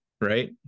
Right